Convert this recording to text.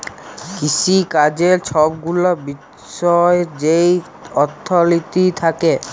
কিসিকাজের ছব গুলা বিষয় যেই অথ্থলিতি থ্যাকে